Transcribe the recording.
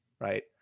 Right